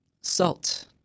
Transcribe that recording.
Salt